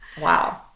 Wow